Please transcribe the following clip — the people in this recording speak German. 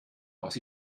aus